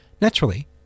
Naturally